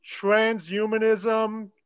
Transhumanism